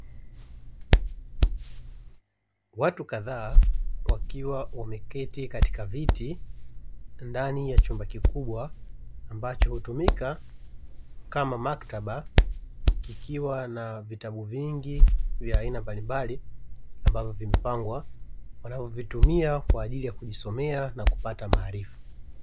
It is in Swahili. Watu kadhaa wakiwa wameketi katika viti ndani ya chumba kikubwa ambacho hutumika kama maktaba kikiwa na vitabu vingi vya aina mbalimbali ambavyo vimepangwa wanavyovitumia kwa ajili ya kujisomea na kupata maarifa.